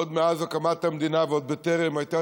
עוד מאז הקמת המדינה ועוד בטרם הייתה